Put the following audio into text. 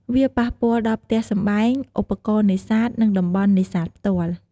វាប៉ះពាល់ដល់ផ្ទះសម្បែង ឧបករណ៍នេសាទ និងតំបន់នេសាទផ្ទាល់។